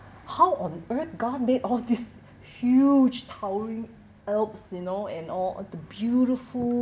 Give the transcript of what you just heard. how on earth god made all this huge towering alps you know and all the beautiful